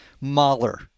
Mahler